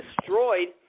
destroyed